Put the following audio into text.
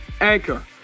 Anchor